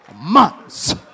months